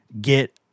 get –